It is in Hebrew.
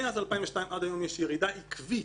מאז 2002 עד היום יש ירידה עקבית.